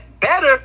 better